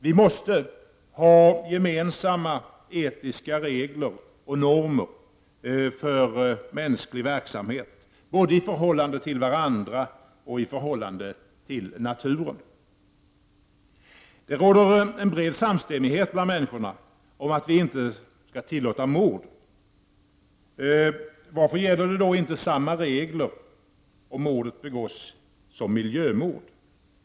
Vi måste ha gemensamma etiska regler och normer för mänsklig verksamhet, både i förhållande till varandra och i förhållande till naturen. Det råder en bred samstämmighet om att vi inte skall tillåta mord. Varför gäller då inte samma regler för miljömord?